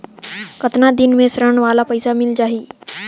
कतना दिन मे ऋण वाला पइसा मिल जाहि?